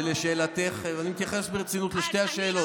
אני מתייחס ברצינות לשתי השאלות.